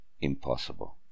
impossible